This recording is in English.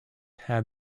had